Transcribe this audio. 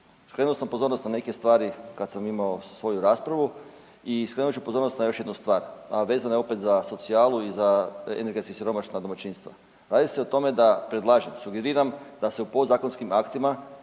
Skrenuo sam pozornost na neke stvari kad sam imao svoju raspravu i skrenut ću pozornost na još jednu stvar, a vezana je opet za socijalu i za energetski siromašna domaćinstva. Radi se o tome da predlažem, sugeriram da se u podzakonskim aktima